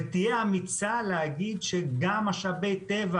ותהיה אמיצה להגיד שגם משאבי טבע